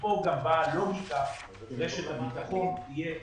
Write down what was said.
מכאן גם באה הלוגיקה שרשת הביטחון שתהיה,